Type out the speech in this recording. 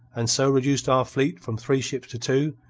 and so reduced our fleet from three ships to two,